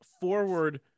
forward